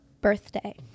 birthday